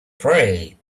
pray